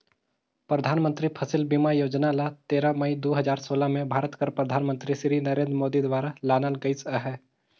परधानमंतरी फसिल बीमा योजना ल तेरा मई दू हजार सोला में भारत कर परधानमंतरी सिरी नरेन्द मोदी दुवारा लानल गइस अहे